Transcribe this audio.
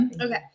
Okay